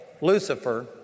Lucifer